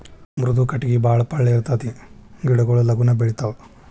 ಮೃದು ಕಟಗಿ ಬಾಳ ಪಳ್ಳ ಇರತತಿ ಗಿಡಗೊಳು ಲಗುನ ಬೆಳಿತಾವ